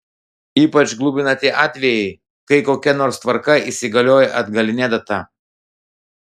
ypač glumina tie atvejai kai kokia nors tvarka įsigalioja atgaline data